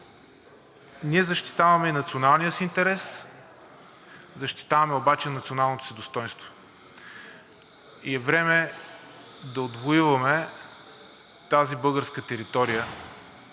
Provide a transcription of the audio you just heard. ние защитаваме и националния си интерес, защитаваме обаче националното си достойнство и е време да отвоюваме тази българска територия,